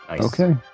okay